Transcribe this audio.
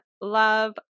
love